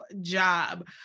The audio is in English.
job